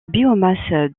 biomasse